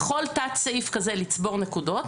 בכל תת סעיף כזה לצבור נקודות,